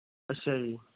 ਅੱਛਾ ਜੀ